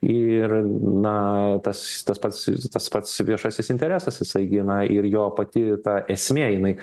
ir na tas tas pats tas pats viešasis interesas jisai gi na ir jo pati ta esmė jinai